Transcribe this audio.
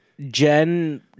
Jen